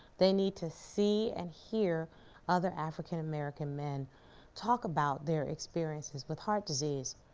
they need to see and hear other african-american men talk about their experiences with heart disease.